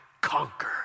conquer